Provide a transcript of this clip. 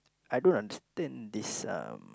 I don't understand this um